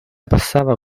passava